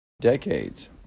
decades